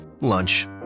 lunch